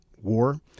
war